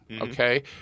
okay